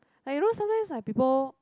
like you know sometimes like people